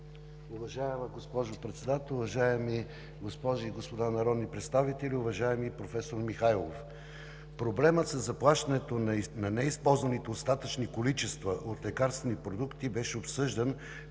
Уважаема госпожо Председател, уважаеми госпожи и господа народни представители, уважаеми професор Михайлов! Проблемът със заплащането на неизползваеми остатъчни количества от лекарствени продукти беше обсъждан